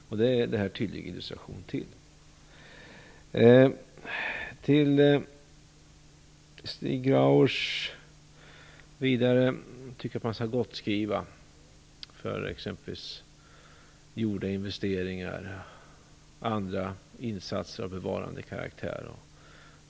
Detta är en tydlig illustration av det. Stig Grauers tycker att man skall gottskriva för t.ex. gjorda investeringar och andra insatser av bevarandekaraktär.